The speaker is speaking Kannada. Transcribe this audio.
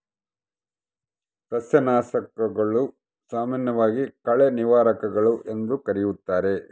ಸಸ್ಯನಾಶಕಗಳು, ಸಾಮಾನ್ಯವಾಗಿ ಕಳೆ ನಿವಾರಕಗಳು ಎಂದೂ ಕರೆಯುತ್ತಾರೆ